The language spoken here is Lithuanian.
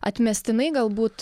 atmestinai galbūt